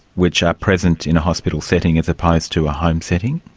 which are present in a hospital setting as opposed to a home setting?